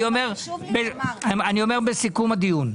אני אומר בסיכום הדיון.